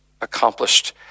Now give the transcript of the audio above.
accomplished